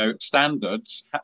standards